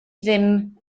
ddim